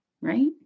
Right